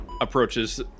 approaches